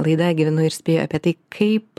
laida gyvenu ir spėju apie tai kaip